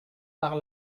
par